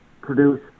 produce